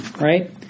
Right